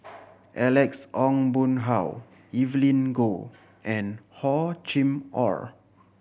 Alex Ong Boon Hau Evelyn Goh and Hor Chim Or